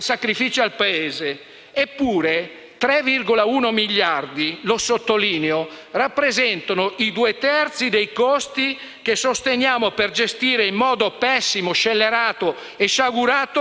che sosteniamo per gestire in modo pessimo, scellerato e sciagurato l'immigrazione, in gran parte clandestina. Quest'anno spendiamo 4,7 miliardi: non lo diciamo noi della Lega,